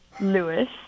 Lewis